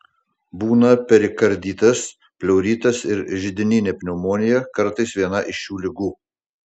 būna perikarditas pleuritas ir židininė pneumonija kartais viena iš šių ligų